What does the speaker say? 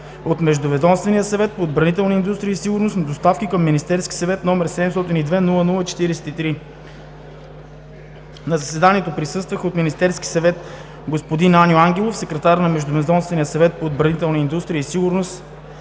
от Междуведомствения съвет по отбранителна индустрия и сигурност на доставките към Министерския съвет, № 702-00-43. На заседанието присъстваха: от Министерски съвет – Аню Ангелов, секретар на Междуведомствения съвет по отбранителна индустрия и сигурност